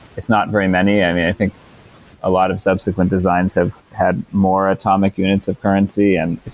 it's not very many. i mean, i think a lot of subsequent designs have had more atomic units of currency and